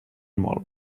molt